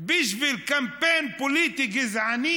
בשביל קמפיין פוליטי גזעני,